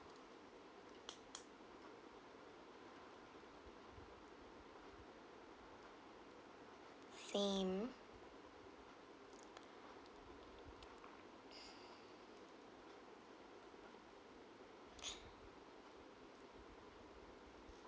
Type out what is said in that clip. same